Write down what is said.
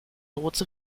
lords